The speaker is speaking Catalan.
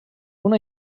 una